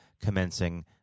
commencing